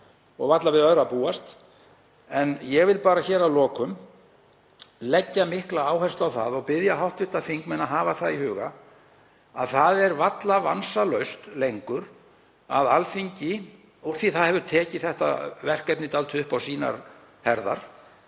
og varla við öðru að búast. En ég vil bara að lokum leggja mikla áherslu á það og biðja hv. þingmenn að hafa í huga að það er varla vansalaust lengur að Alþingi, úr því að það hefur tekið þetta verkefni dálítið upp á sínar herðar,